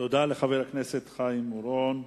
תודה לחבר הכנסת חיים אורון.